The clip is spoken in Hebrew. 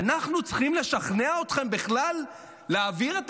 אנחנו צריכים לשכנע אתכם בכלל להעביר את